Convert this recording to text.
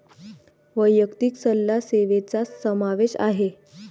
वैयक्तिक सल्ला सेवेचा समावेश आहे